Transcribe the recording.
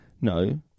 No